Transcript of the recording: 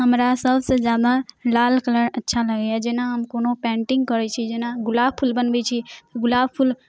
हमरा सभ से जादा लाल कलर अच्छा लगैया जेना हम कोनो पेन्टिङ्ग करैत छी जेना गुलाब फूल बनबैत छी गुलाब फूल